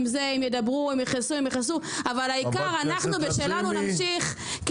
יכעסו העיקר אנחנו בשלו נמשיך.